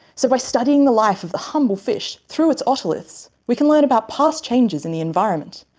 so by studying the life of the humble fish through its otoliths, we can learn about past changes in the environment,